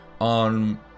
on